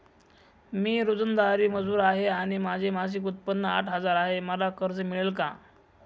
मी रोजंदारी मजूर आहे आणि माझे मासिक उत्त्पन्न आठ हजार आहे, मला कर्ज मिळेल का?